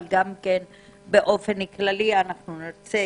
אבל באופן כללי אנחנו נרצה